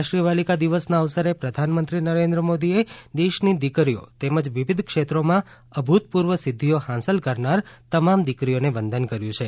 રાષ્ટ્રીય બાલિકા દિવસના અવસરે પ્રધાનમંત્રી નરેન્દ્ર મોદીએ દેશની દીકરીઓ તેમજ વિવિધ ક્ષેત્રોમાં અભૂતપૂર્વ સિદ્ધિઓ હાંસલ કરનાર તમામ દીકરીઓને વંદન કર્યું છે